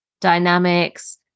dynamics